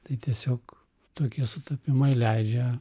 tai tiesiog tokie sutapimai leidžia